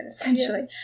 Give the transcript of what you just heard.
essentially